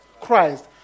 Christ